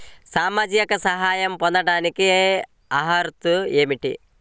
సామాజిక సహాయం పొందటానికి అర్హత ఏమిటి?